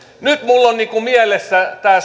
nyt minulla on mielessäni tämä